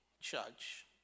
Church